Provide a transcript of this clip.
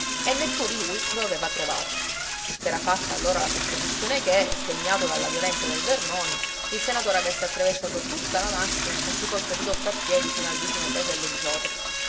e neppur lui lo aveva trovato s'era fatta allora la supposizione che sdegnato dalla violenza del vernoni il senatore avesse attraversato tutta la macchia e si fosse ridotto a piedi fino al vicino paesello di sopri